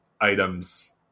items